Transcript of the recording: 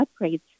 upgrades